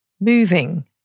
moving